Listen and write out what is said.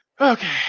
Okay